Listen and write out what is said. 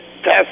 test